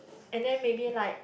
and then maybe like